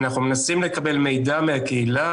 אנחנו מנסים לקבל מידע מהקהילה,